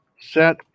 set